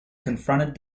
confronted